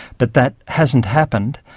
but that hasn't happened.